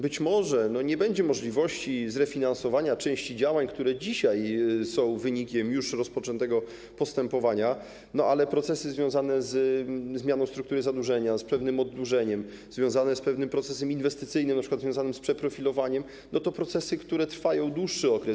Być może więc nie będzie możliwości zrefinansowania części działań, które dzisiaj są wynikiem już rozpoczętego postępowania, ale procesy związane ze zmianą struktury zadłużenia, z oddłużeniem, związane z procesem inwestycyjnym np. związanym z przeprofilowaniem, to są procesy, które trwają dłuższy okres.